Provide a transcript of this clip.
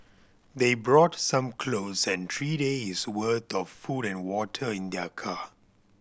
they brought some clothes and three days' worth of food and water in their car